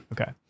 Okay